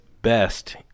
best